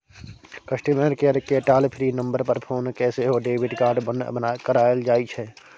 customer केयरकेँ toll free number पर phone कए सेहो डेबिट कार्ड बन्न कराएल जाइ छै